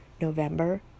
November